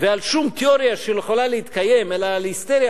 ועל שום תיאוריה שיכולה להתקיים אלא על היסטריה